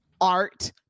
art